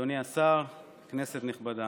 אדוני השר, כנסת נכבדה,